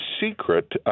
secret